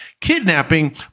kidnapping